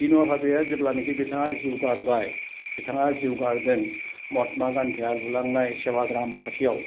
बिनुवा भाबेआ जेब्लानोखि बिथाङा जिउ गारबाय बिथाङा जिउ गारदों महात्मा गान्धीआ लुलांनाय सेवाग्राम खाथियाव